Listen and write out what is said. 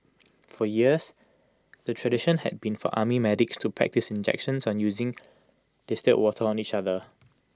for years the tradition had been for army medics to practise injections on using distilled water on each other